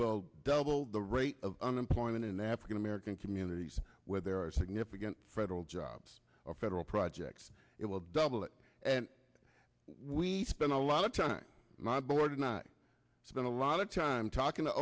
firms double the rate of unemployment in african american communities where there are significant federal jobs or federal projects it will double it and we spent a lot of time my board and i spent a lot of time talking to